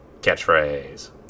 catchphrase